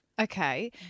Okay